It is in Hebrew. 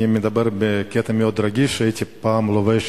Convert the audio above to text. אני מדבר בקטע מאוד רגיש: הייתי פעם לובש